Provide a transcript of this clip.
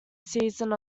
season